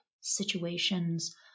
situations